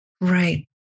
Right